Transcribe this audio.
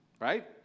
right